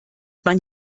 man